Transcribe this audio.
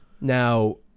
Now